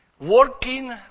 Working